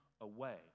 away